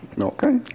Okay